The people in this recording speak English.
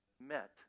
met